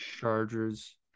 Chargers